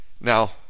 Now